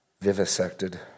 vivisected